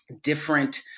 different